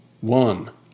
One